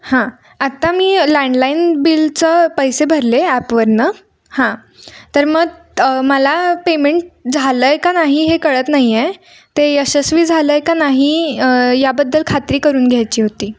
हां आत्ता मी लँडलाईन बिलचं पैसे भरले ॲपवरनं हां तर मग मला पेमेंट झालं आहे का नाही हे कळत नाही आहे ते यशस्वी झालं आहे का नाही याबद्दल खात्री करून घ्यायची होती